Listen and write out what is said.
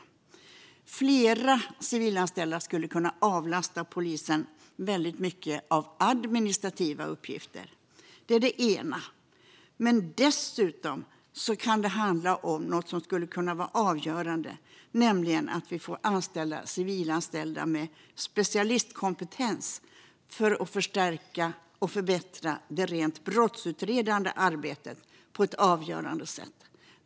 Fler civilanställda skulle kunna avlasta polisen med mycket administrativa uppgifter. Det är det ena. Men det kan dessutom handla om något som skulle kunna vara avgörande: att civilanställda med specialistkompetens kan förstärka och förbättra det rent brottsutredande arbetet på ett avgörande sätt.